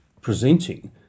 presenting